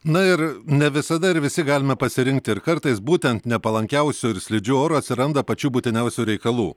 na ir ne visada ir visi galime pasirinkti ir kartais būtent nepalankiausiu ir slidžiu oru atsiranda pačių būtiniausių reikalų